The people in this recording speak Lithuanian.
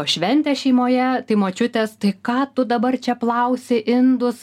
šventę šeimoje tai močiutės tai ką tu dabar čia plausi indus